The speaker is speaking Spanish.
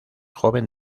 joven